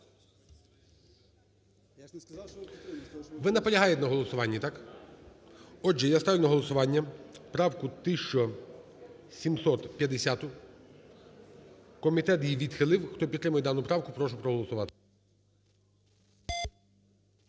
Ви наполягаєте на голосуванні, так? Отже, я ставлю на голосування правку 1750, комітет її відхилив. Хто підтримує дану правку, прошу проголосувати.